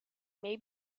may